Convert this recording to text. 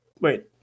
Wait